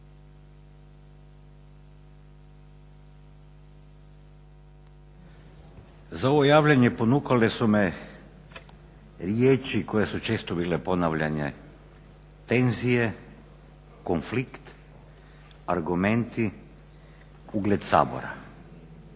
Za ovo javljanje ponukale su me riječi koje su često bile ponavljane tenzije, konflikt, argumenti, ugled Sabora,